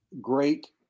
great